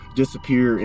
disappear